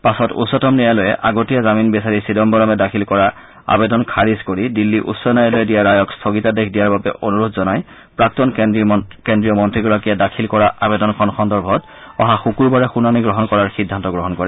পাছত উচ্চতম ন্যায়ালয়ে আগতীয়া জামিন বিচাৰি চিদাম্বৰমে দাখিল কৰা আবেদন খাৰিজ কৰি দিল্লী উচ্চ ন্যায়ালয়ে দিয়া ৰায়ক স্থগিতাদেশ দিয়াৰ বাবে অনুৰোধ জনাই প্ৰাক্তন কেন্দ্ৰীয় মন্ত্ৰীগৰাকীয়ে দাখিল কৰা আবেদনখন সন্দৰ্ভত অহা শুকুৰবাৰে শুনানি গ্ৰহণ কৰাৰ সিদ্ধান্ত গ্ৰহণ কৰে